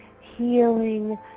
healing